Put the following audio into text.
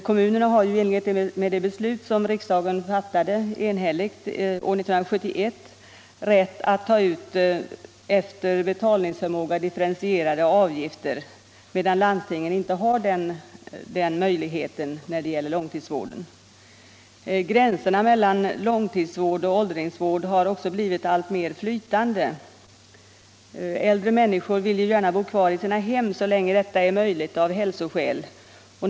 Kommunerna har i enlighet med det beslut som riksdagen enhälligt fattade år 1971 rätt att ta ut efter betalningsförmåga differentierade avgifter, medan landstingen inte har denna möjlighet när det gäller långtidsvården. Gränserna mellan åldringsvård och långtidsvård har också blivit alltmer flytande. Äldre människor bor kvar i sina hem så länge detta av hälsoskäl är möjligt.